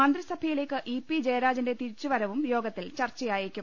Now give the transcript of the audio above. മന്ത്രിസഭയിലേക്ക് ഇ പി ജയരാജന്റെ തിരിച്ചു വരവും യോഗത്തിൽ ചർച്ചയായേക്കും